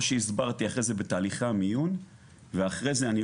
שהסברתי אחרי זה בתהליך המיון ואחרי זה,